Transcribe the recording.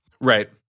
right